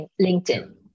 LinkedIn